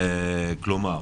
כלומר,